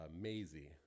Maisie